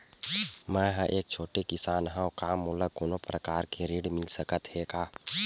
मै ह एक छोटे किसान हंव का मोला कोनो प्रकार के ऋण मिल सकत हे का?